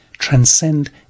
transcend